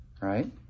Right